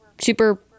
super